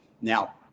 Now